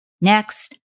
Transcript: Next